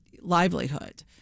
livelihood